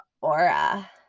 aura